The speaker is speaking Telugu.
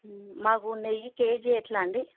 మాకు నెయ్యి కే జీ ఎట్లా అండి